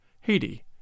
Haiti